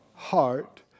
heart